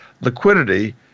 liquidity